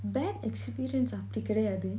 bad experience ah அப்பிடி கெடையாது:apidi kedaiyathu